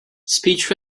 speech